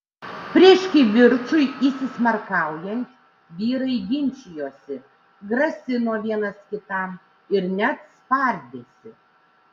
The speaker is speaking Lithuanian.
prieš kivirčui įsismarkaujant vyrai ginčijosi grasino vienas kitam ir net spardėsi